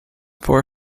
poor